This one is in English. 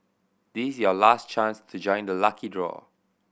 this is your last chance to join the lucky draw